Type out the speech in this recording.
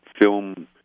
film